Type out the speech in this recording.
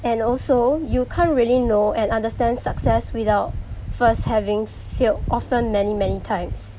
and also you can't really know and understand success without first having failed often many many times